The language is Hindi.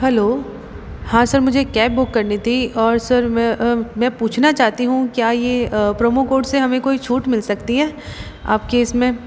हलो हाँ सर मुझे एक कैब बुक करनी थी और सर मैं मैं पूछना चाहती हूँ क्या ये प्रोमो कोड से हमें कोई छूट मिल सकती है आपके इसमें